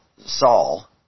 Saul